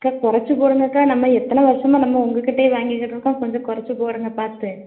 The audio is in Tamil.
அக்கா குறைச்சி போடுங்கக்கா நம்ம எத்தனை வருஷமாக நம்ம உங்கள்கிட்டே வாங்கிக்கிட்டு இருக்கோம் கொஞ்சம் குறைச்சி போடுங்கள் பார்த்து